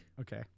Okay